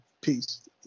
peace